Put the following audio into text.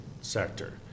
sector